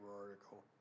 article